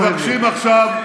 מבקשים עכשיו,